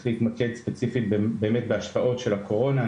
להתמקד ספציפית באמת בהשפעות של הקורונה,